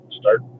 start